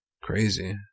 crazy